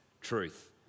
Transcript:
truth